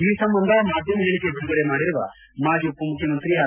ಈ ಸಂಬಂಧ ಮಾಧ್ಯಮ ಹೇಳಿಕೆ ಬಿಡುಗಡೆ ಮಾಡಿರುವ ಮಾಜಿ ಉಪಮುಖ್ಯಮಂತ್ರಿ ಆರ್